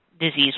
disease